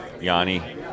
Yanni